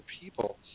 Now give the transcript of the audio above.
people